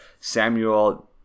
Samuel